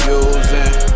using